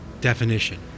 definition